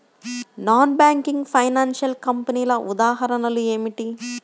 Non banking financial కంపెనీల ఉదాహరణలు ఏమిటి?